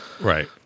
Right